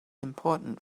important